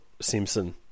Simpson